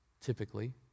typically